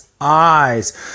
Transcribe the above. eyes